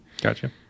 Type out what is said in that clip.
Gotcha